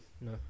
No